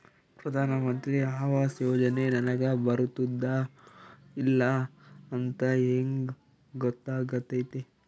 ಪ್ರಧಾನ ಮಂತ್ರಿ ಆವಾಸ್ ಯೋಜನೆ ನನಗ ಬರುತ್ತದ ಇಲ್ಲ ಅಂತ ಹೆಂಗ್ ಗೊತ್ತಾಗತೈತಿ?